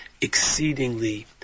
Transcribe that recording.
exceedingly